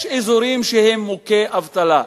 יש אזורים שהם מוכי אבטלה.